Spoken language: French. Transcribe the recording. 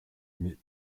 mais